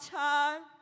time